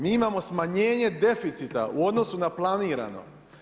Mi imamo smanjenje deficita u odnosu na planirano.